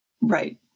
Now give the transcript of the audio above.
Right